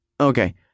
Okay